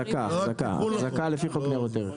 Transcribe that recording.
החזקה לפי חוק ניירות ערך.